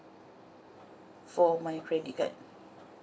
for my credit card